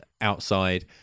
outside